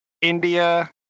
India